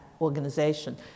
organization